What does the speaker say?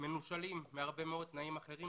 ומנושלים מתנאים רבים אחרים